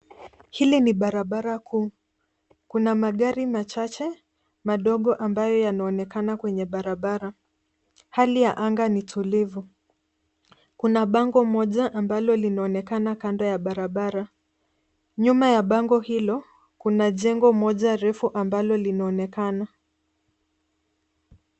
Hili ni barabara kuu. Kuna magari machache madogo ambayo yanaonekana kwenye barabara. Hali ya anga ni tulivu. Kuna bango moja ambalo linaonekana kando ya barabara. Nyuma ya bango hilo kuna jengo moja refu ambalo linaonekana.